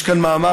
יש כאן מאמר,